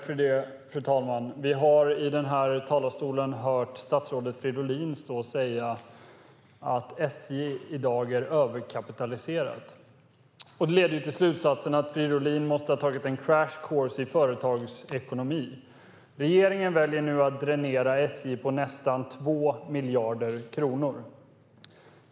Fru talman! Vi har i denna talarstol hört statsrådet Fridolin stå och säga att SJ i dag är överkapitaliserat. Det leder till slutsatsen att Fridolin måste ha tagit en crash course i företagsekonomi. Regeringen väljer nu att dränera SJ på nästan 2 miljarder kronor.